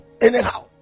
anyhow